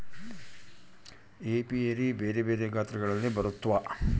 apiary ಬೆರೆ ಬೆರೆ ಗಾತ್ರಗಳಲ್ಲಿ ಬರುತ್ವ